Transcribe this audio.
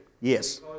Yes